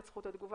את זכות התגובה,